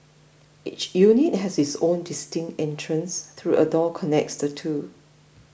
each unit has its own distinct entrance through a door connects the two